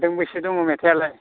दोंबेसे दं मेथाइआलाय